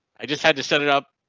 i just had to set it up.